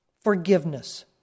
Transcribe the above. Forgiveness